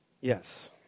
yes